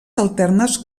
alternes